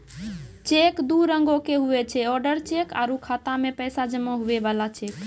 cheque दू रंगोके हुवै छै ओडर चेक आरु खाता मे पैसा जमा हुवै बला चेक